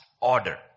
order